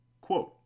Quote